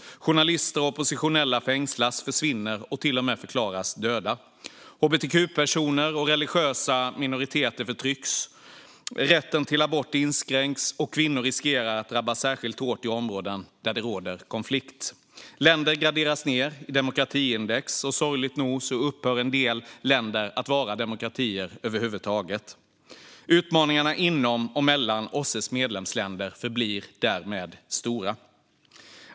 Journalister och oppositionella fängslas, försvinner och till och med förklaras döda. Hbtq-personer och religiösa minoriteter förtrycks, och man tillåts inte vara den man är. Rätten till abort inskränks, och kvinnor riskerar att drabbas särskilt hårt i områden där det råder konflikt. Länder graderas ned i demokratiindex, och sorgligt nog upphör en del länder att vara demokratier. Skyddet för kvinnor, och i synnerhet våldsutsatta kvinnor, försämras. Detta kan vi inte acceptera. Utmaningarna inom och mellan OSSE:s medlemsländer förblir därmed stora.